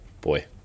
boy